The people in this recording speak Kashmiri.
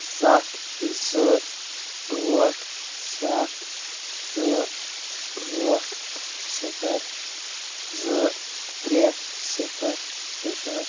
سَتھ زٕ ٲٹھ سَتھ زٕ ٲٹھ صِفَر زٕ ترٛےٚ صِفر صِفر